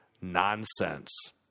nonsense